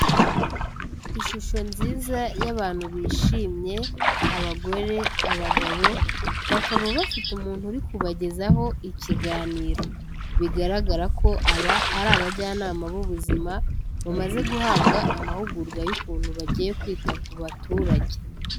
Ishusho nziza y'abantu bishimye, abagore, abagabo, bakaba bafite umuntu uri kubagezaho ikiganiro. Bigaragara ko aba ari abajyanama b'ubuzima, bamaze guhabwa amahugurwa y'ukuntu bagiye kwita ku baturage.